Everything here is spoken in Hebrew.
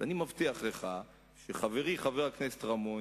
אני מבטיח לך שחברי חבר הכנסת רמון,